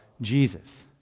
Jesus